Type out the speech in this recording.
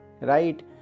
right